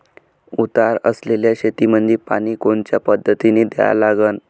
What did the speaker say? उतार असलेल्या शेतामंदी पानी कोनच्या पद्धतीने द्या लागन?